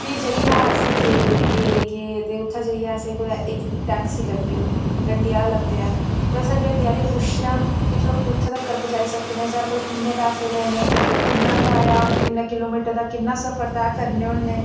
फ्ही जेइयै अस गे गे गे ते उत्थे जेइयै असें कुतै इक टैक्सी लब्भी गड्डी आह्ला लब्भेआ असें गड्डी आह्ले गी पुच्छेआ केह् तुसें कुत्थै तगर पजाई सकदे साढ़े कोला किन्ने पैसे लैने किन्ना कराया इन्ने किलो मीटर दा किन्ना सफर तैह् करने होन्ने